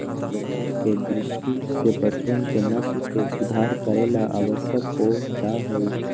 व्यापार के दृष्टि से पशुअन के नस्ल के सुधार करे ला आवश्यक हो जाहई